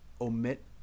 Omit